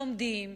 לומדים,